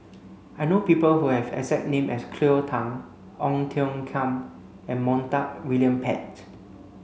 I know people who have exact name as Cleo Thang Ong Tiong Khiam and Montague William Pett